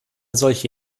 solche